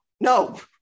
No